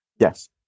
yes